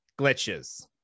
glitches